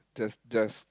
just just